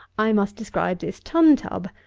i must describe this tun-tub,